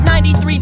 93